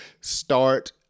Start